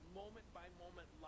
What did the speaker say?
moment-by-moment